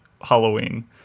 Halloween